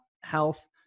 health